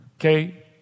Okay